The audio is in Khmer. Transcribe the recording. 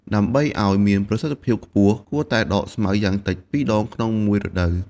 ដើម្បីឱ្យមានប្រសិទ្ធភាពខ្ពស់ គួរតែដកស្មៅយ៉ាងតិច ២ ដង ក្នុងមួយរដូវ។